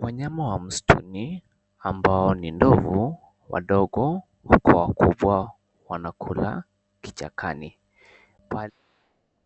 Wanyama wa msituni ambao ni ndovu wadogo kwa wakubwa wanakula kichakani